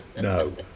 No